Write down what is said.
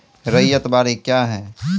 रैयत बाड़ी क्या हैं?